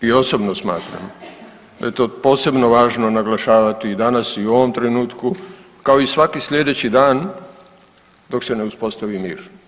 Smatramo i osobno smatram da je to posebno važno naglašavati i danas i u ovom trenutku kao i svaki sljedeći dan dok se ne uspostavi mir.